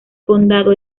condado